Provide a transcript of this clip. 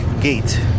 gate